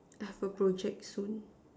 I've a project soon